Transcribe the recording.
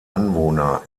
anwohner